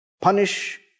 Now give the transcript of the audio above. punish